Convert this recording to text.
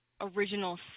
original